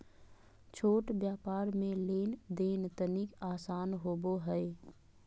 छोट व्यापार मे लेन देन तनिक आसान होवो हय